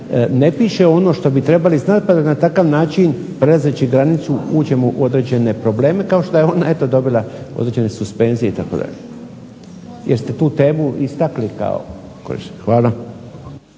ne piše ono što bi trebali znati pa da na takav način prelazeći granicu uđemo u određene probleme kao što je ona eto dobila određene suspenzije itd. Jer ste tu temu istakli kao. Hvala.